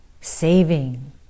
saving